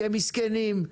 כמסכנים,